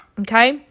okay